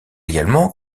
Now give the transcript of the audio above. également